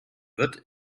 wird